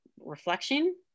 reflection